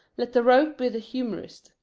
let the rope be the humorist.